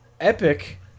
Epic